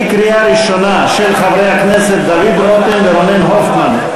של חברי הכנסת דוד רותם ורונן הופמן,